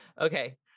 Okay